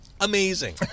Amazing